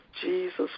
Jesus